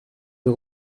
des